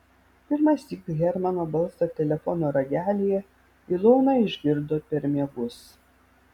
pirmąsyk hermano balsą telefono ragelyje ilona išgirdo per miegus